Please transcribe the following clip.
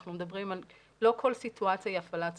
אנחנו מדברים על לא כל סיטואציה היא הפעלת סמכות.